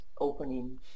opening